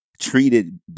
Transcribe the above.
treated